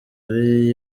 ari